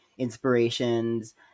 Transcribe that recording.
inspirations